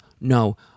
no